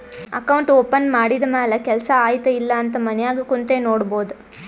account open ಮಾಡಿದ ಮ್ಯಾಲ ಕೆಲ್ಸಾ ಆಯ್ತ ಇಲ್ಲ ಅಂತ ಮನ್ಯಾಗ್ ಕುಂತೆ ನೋಡ್ಬೋದ್